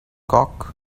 cock